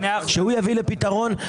שהוא יביא לפתרון.